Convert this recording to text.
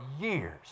years